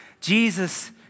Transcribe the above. Jesus